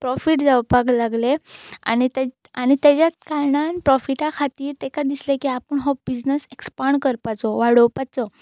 profit जावपाक लागलें आनी तें आनी तेज्या कारणान प्रोफिटा खातीर तेका दिसलें की आपूण हो बिजनस ऍक्सपांड करपाचो वाडोवपाचो